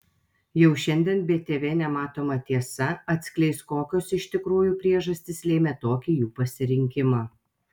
jau šiandien btv nematoma tiesa atskleis kokios iš tikrųjų priežastys lėmė tokį jų pasirinkimą